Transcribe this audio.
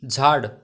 झाड